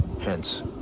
Hence